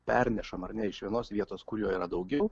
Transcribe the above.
pernešam ar ne iš vienos vietos kuriuo yra daugiau